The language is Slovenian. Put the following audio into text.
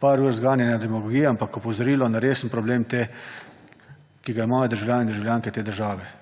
par ur zganjanja demagogije, ampak opozorilo na resen problem, ki ga imajo državljanke in državljani te države.